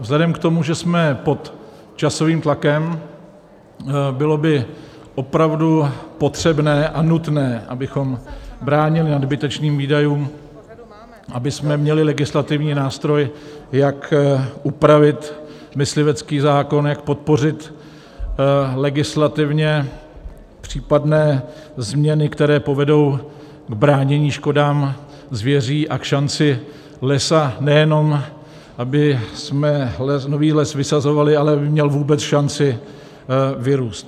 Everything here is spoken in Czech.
Vzhledem k tomu, že jsme pod časovým tlakem, bylo by opravdu potřebné a nutné, abychom bránili nadbytečným výdajům, abychom měli legislativní nástroj, jak upravit myslivecký zákon, jak podpořit legislativně případné změny, které povedou k bránění škodám zvěří a k šanci lesa, nejenom abychom nový les vysazovali, ale aby měl vůbec šanci vyrůst.